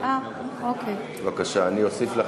אני אוסיף.